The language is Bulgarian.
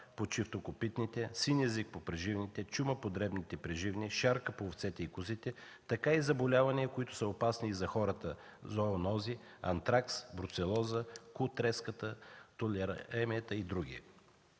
по чифтокопитните, „син език” по преживните, чума по дребните преживни, шарка по овцете и козите, така и заболявания, опасни за хората – „зоонози”, „антракс”, „бруцелоза”, „ку-треска” и други.